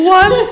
one